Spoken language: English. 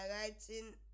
writing